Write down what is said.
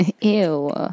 ew